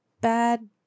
bad